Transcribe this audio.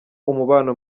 umubano